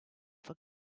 for